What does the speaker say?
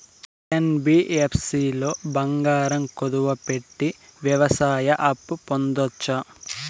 NBFC లో బంగారం కుదువు పెట్టి వ్యవసాయ అప్పు పొందొచ్చా?